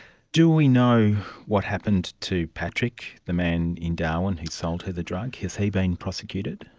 do we know what happened to patrick, the man in darwin who sold her the drug. has he been prosecuted?